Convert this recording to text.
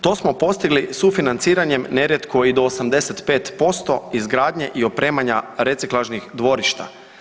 To smo postigli sufinanciranjem, nerijetko i do 85% izgradnje i opremanja reciklažnih dvorišta.